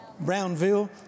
Brownville